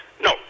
No